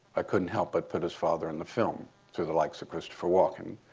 i couldn't help but put his father in the film through the likes of christopher walken.